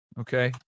okay